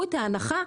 ההנחה,